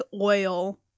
oil